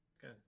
Good